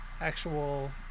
actual